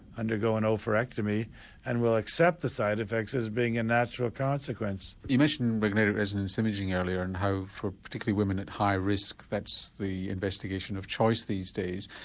undergo an ovarectomy and will accept the side effects as being a natural consequence. you mentioned magnetic resonance imaging earlier and how for particularly women at high risk that's that's the investigation of choice these days.